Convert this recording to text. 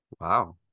Wow